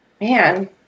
man